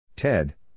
Ted